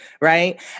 Right